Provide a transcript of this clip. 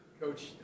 Coach